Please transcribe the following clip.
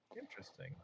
Interesting